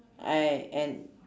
I and